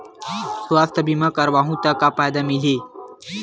सुवास्थ बीमा करवाहू त का फ़ायदा मिलही?